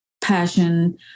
passion